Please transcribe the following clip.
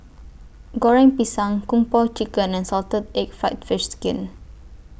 Goreng Pisang Kung Po Chicken and Salted Egg Fried Fish Skin